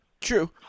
True